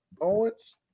Owens